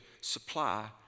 supply